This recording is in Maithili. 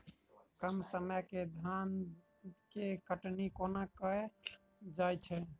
कम समय मे धान केँ कटनी कोना कैल जाय छै?